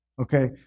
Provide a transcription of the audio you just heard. Okay